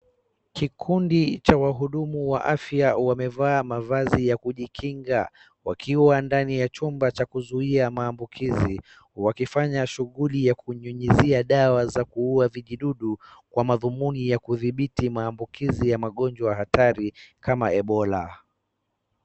Kikundi cha wahudumu wa afya wamevaa mavazi ya kujikinga wakiwa ndani ya chumba cha kuzuia maambukizi wakifanya shughuli ya kunyunyuzia dawa za kuuwa vijidudu kwa madhumuni ya kudhibiti maabukizi ya magonjwa hatari kama Ebola.